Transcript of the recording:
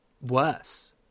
worse